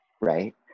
right